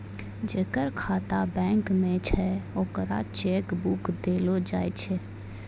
जेकर खाता बैंक मे छै ओकरा चेक बुक देलो जाय छै